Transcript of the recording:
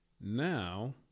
Now